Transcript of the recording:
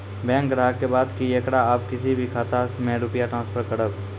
Bank ग्राहक के बात की येकरा आप किसी भी खाता मे रुपिया ट्रांसफर करबऽ?